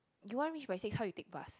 you want reach by six how you take bus